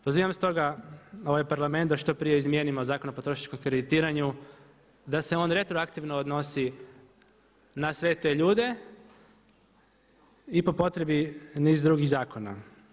Pozivam stoga ovaj Parlament da što prije izmijenimo Zakon o potrošačkom kreditiranju, da se on retroaktivno odnosi na sve te ljude i po potrebi niz drugih zakona.